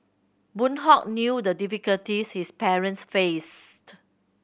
Boon Hock knew the difficulties his parents faced